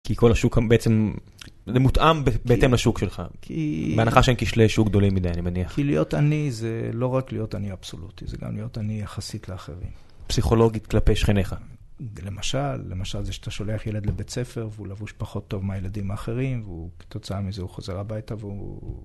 כי כל השוק בעצם, זה מותאם בהתאם לשוק שלך. כי... בהנחה שאין כישלי שוק גדולים מדי, אני מניח. כי להיות אני זה לא רק להיות אני אבסולוטי, זה גם להיות אני יחסית לאחרים. פסיכולוגית כלפי שכניך. למשל, למשל זה שאתה שולח ילד לבית ספר והוא לבוש פחות טוב מהילדים האחרים, והוא, כתוצאה מזה, הוא חוזר הביתה והוא...